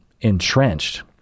entrenched